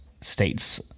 States